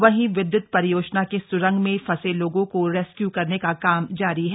वहीं विद्य्त परियोजना के स्रंग में फंसे लोगों को रेस्क्यू करने का काम जारी है